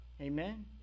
Amen